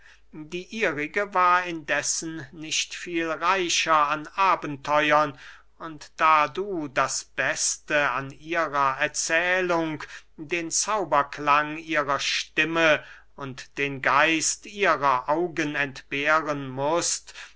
die ihrige war indessen nicht viel reicher an abenteuern und da du das beste an ihrer erzählung den zauberklang ihrer stimme und den geist ihrer augen entbehren mußt